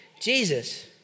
Jesus